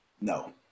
No